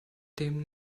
dem